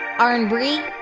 r and brie?